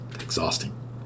exhausting